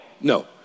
No